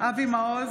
אבי מעוז,